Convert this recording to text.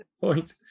point